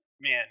man